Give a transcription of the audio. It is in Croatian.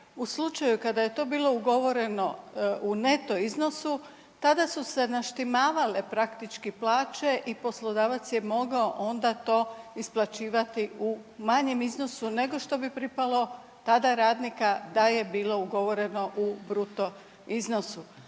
u slučaju kada je to bilo ugovoreno u neto iznosu, tada su se naštimavale praktički plaće i poslodavac je mogao onda to isplaćivati u manjem iznosu nego što pripalo, tada je radnika da je bilo ugovoreno u bruto iznosu,